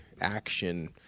action